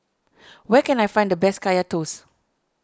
where can I find the best Kaya Toast